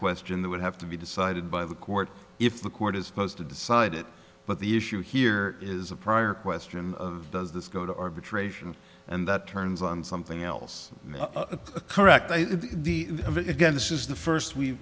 question that would have to be decided by the court if the court is supposed to decide it but the issue here is a prior question does this go to arbitration and that turns on something else correct the again this is the first we